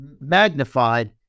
magnified